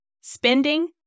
spending